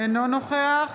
אינו נוכח